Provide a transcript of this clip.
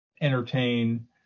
entertain